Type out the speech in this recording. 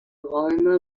räume